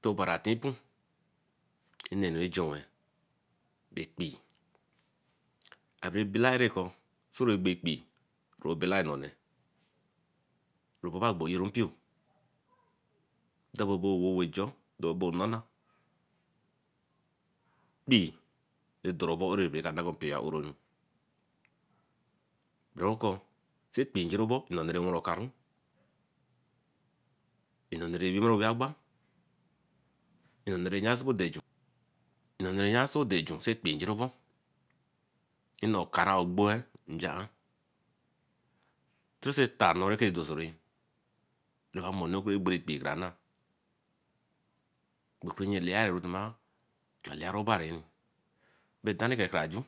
tin obari atinpun enennu rah junwe ekpee abere bilaere kor soro gbe ekpee robeliar nonne. Agbonron mpio dabobo weyrinju dor bo nana kpee dor obor erere bah ka na mpioyo aroronu. sey ekpeenjuorbo nonne bah neeru okaru. Nnonne wereh owe agbar, nnome rah na seen rah do ejun sey ekpee injarobo nne okaā rogboa injian- an chuse eta nor reka dor sori ra ka mor onneē ra kke gboree ekpee krana oku taere obari ke tenike kra-ju.